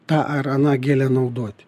tą ar aną gėlę naudoti